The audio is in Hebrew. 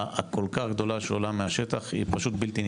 הכל-כך גדולה שעולה מהשטח היא פשוט בלתי נתפסת.